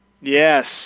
Yes